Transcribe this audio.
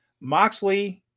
Moxley